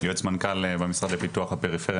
יועץ מנכ"ל במשרד לפיתוח הפריפריה,